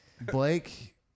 Blake